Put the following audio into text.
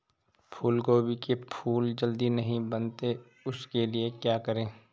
फूलगोभी के फूल जल्दी नहीं बनते उसके लिए क्या करें?